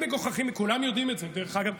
כולם יודעים את זה, דרך אגב.